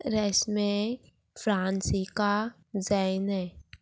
रेस्मे Francisca Jain